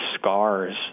scars